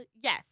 yes